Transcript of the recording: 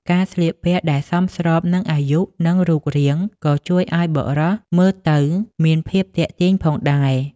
ការស្លៀកពាក់ដែលសមស្របនឹងអាយុ និងរូបរាង ក៏ជួយឲ្យបុរសមើលទៅមានភាពទាក់ទាញផងដែរ។